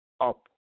up